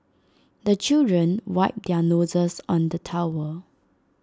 the children wipe their noses on the towel